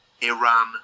Iran